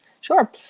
Sure